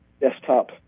desktop